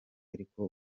ariko